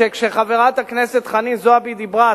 שכשחברת הכנסת חנין זועבי דיברה,